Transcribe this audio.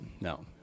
No